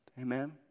amen